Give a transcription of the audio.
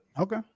okay